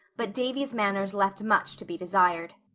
but davy's manners left much to be desired.